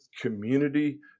community